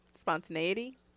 Spontaneity